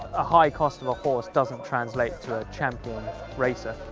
a high cost of a horse doesn't translate to a champion racer?